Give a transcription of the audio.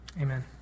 Amen